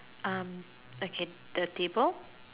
um okay the table